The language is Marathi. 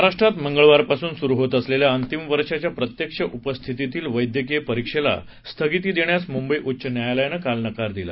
महाराष्ट्रात मंगळवारपासून सुरू होत असलेल्या अंतिम वर्षाच्या प्रत्यक्ष उपस्थितीतील वैद्यकीय परीक्षेला स्थगिती देण्यास मुंबई उच्च न्यायालयानं काल नकार दिला